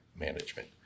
management